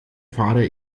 fahre